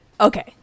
Okay